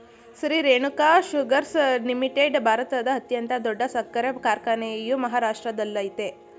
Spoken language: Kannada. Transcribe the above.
ಶ್ರೀ ರೇಣುಕಾ ಶುಗರ್ಸ್ ಲಿಮಿಟೆಡ್ ಭಾರತದ ಅತ್ಯಂತ ದೊಡ್ಡ ಸಕ್ಕರೆ ಕಾರ್ಖಾನೆಯು ಮಹಾರಾಷ್ಟ್ರದಲ್ಲಯ್ತೆ